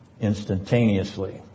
instantaneously